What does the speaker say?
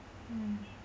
mm